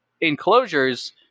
enclosures